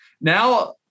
Now